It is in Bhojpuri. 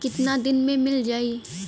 कितना दिन में मील जाई?